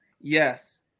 Yes